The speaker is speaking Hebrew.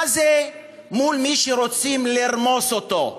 מה זה מול מי שרוצים לרמוס אותו?